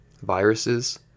viruses